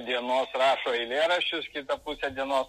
dienos rašo eilėraščius kitą pusę dienos